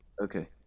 Okay